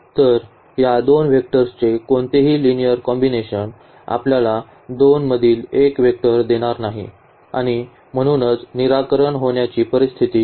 तर या दोन वेक्टर्सचे कोणतेही लिनिअर कॉम्बिनेशन आपल्याला 2 मधील 1 वेक्टर देणार नाही आणि म्हणूनच निराकरण होण्याची परिस्थिती नाही